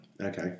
Okay